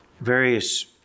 various